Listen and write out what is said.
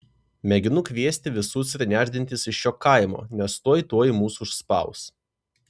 mėginu kviesti visus ir nešdintis iš šio kaimo nes tuoj tuoj mus užspaus